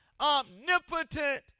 omnipotent